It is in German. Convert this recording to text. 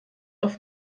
auf